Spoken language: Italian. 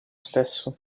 stesso